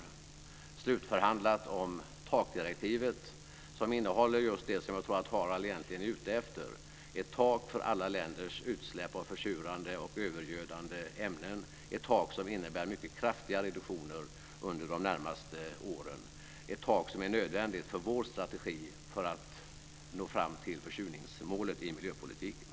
Vi har slutförhandlat om takdirektivet som innehåller just det som jag tror att Harald Nordlund egentligen är ute efter, ett tak för alla länders utsläpp av försurande och övergödande ämnen, ett tak som innebär mycket kraftiga reduktioner under de närmaste åren, ett tak som är nödvändigt för vår strategi för att nå fram till försurningsmålet i miljöpolitiken.